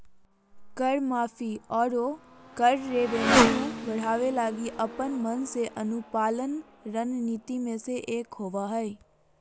कर माफी, आरो कर रेवेन्यू बढ़ावे लगी अपन मन से अनुपालन रणनीति मे से एक होबा हय